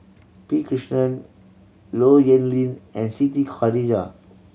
P Krishnan Low Yen Ling and Siti Khalijah